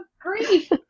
grief